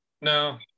no